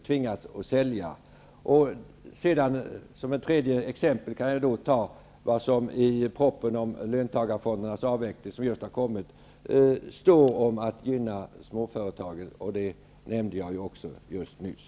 Som ett tredje exempel kan jag nämna det som står om att gynna småföretagen i propositionen om löntagarfondernas avveckling, som just har kommit. Det nämnde jag också alldeles nyss.